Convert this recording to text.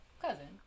cousin